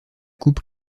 coupe